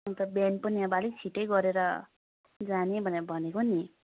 अन्त बिहान पनि अब अलिक छिट्टै गरेर जाने भनेर भनेको नि